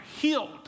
healed